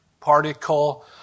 particle